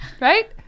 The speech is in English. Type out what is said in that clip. Right